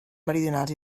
meridionals